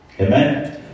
Amen